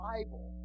Bible